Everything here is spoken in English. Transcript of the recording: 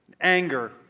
anger